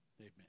amen